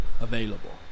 available